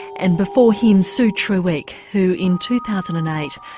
and before him sue treweek, who in two thousand and eight,